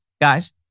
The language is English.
guys